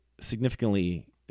significantly